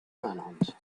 manhunt